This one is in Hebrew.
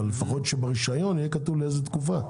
אבל לפחות שברישיון יהיה כתוב לאיזה תקופה.